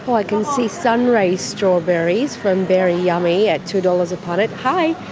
i can see sunray strawberries from berry yummy at two dollars a punnet. hi!